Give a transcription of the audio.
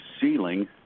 ceiling